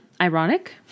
ironic